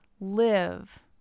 live